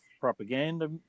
propaganda